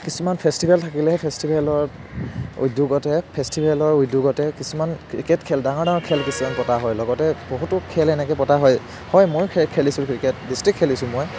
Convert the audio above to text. কিছুমান ফেচটিভেল থাকিলেহে ফেচটিভেলৰ উদ্যোগতে ফেচটিভেলৰ উদ্য়োগতে কিছুমান ক্ৰিকেট খেল ডাঙৰ ডাঙৰ খেল কিছুমান পতা হয় লগতে বহুতো খেল এনেকৈ পতা হয় হয় ময়ো খেলিছোঁ ক্ৰিকেট ডিষ্ট্ৰিক্ট খেলিছোঁ মই